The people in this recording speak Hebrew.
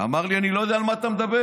אמר לי: אני לא יודע על מה אתה מדבר,